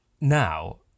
now